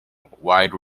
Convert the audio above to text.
wide